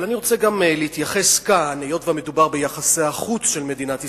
אבל אני רוצה גם להתייחס כאן היות שמדובר ביחסי החוץ של מדינת ישראל,